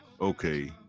okay